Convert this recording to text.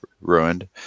Ruined